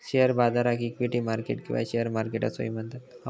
share बाजाराक equity market किंवा share market असोही म्हणतत